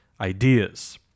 ideas